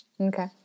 Okay